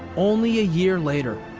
only a year later.